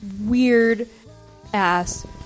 weird-ass